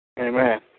Amen